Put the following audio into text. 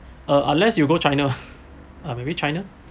uh unless you go china uh maybe china